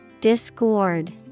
Discord